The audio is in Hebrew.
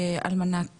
על מנת